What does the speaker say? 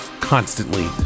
constantly